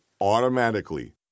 automatically